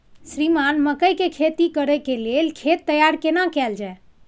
श्रीमान मकई के खेती कॉर के लेल खेत तैयार केना कैल जाए?